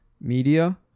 media